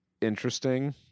Interesting